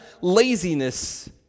laziness